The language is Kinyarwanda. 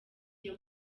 iyo